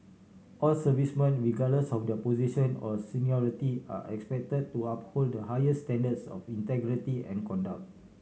all servicemen regardless of their position or seniority are expected to uphold the highest standards of integrity and conduct